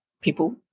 people